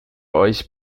euch